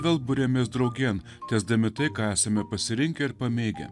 vėl buriamės draugėn tęsdami tai ką esame pasirinkę ir pamėgę